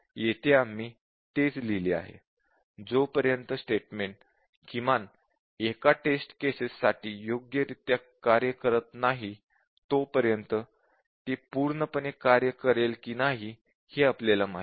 येथे आम्ही तेच लिहिले आहे जोपर्यंत स्टेटमेंट किमान एका टेस्ट केसेस साठी योग्यरित्या कार्य करत नाही तोपर्यंत ते पूर्णपणे कार्य करेल की नाही हे आपल्याला माहित नाही